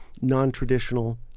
non-traditional